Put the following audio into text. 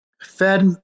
fed